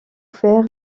faire